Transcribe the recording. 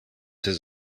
his